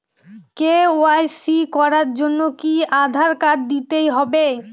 KYC করার জন্য কি আধার কার্ড দিতেই হবে?